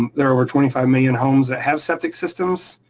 there are over twenty five million homes that have septic systems